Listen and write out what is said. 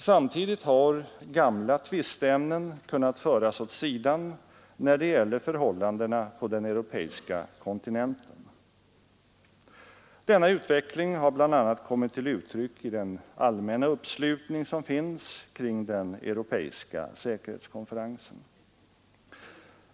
Samtidigt har gamla tvisteämnen kunnat föras åt sidan när det gäller förhållandena på den europeiska kontinenten. Denna utveckling har bl.a. kommit till uttryck i den allmänna uppslutning som finns kring den europeiska säkerhetskonferensen.